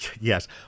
Yes